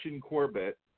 Corbett